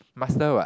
master what